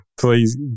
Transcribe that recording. Please